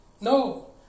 No